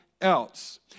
else